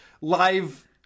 live